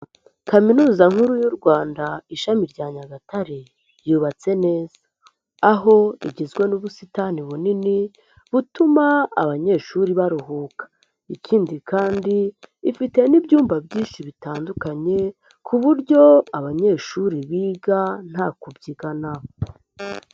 Kaminuza nkuru y'u Rwanda, ishami rya Nyagatare, ryubatse neza. Aho igizwe n'ubusitani bunini, butuma abanyeshuri baruhuka. Ikindi kandi ifite n'ibyumba byinshi bitandukanye ku buryo abanyeshuri biga nta kubyigana.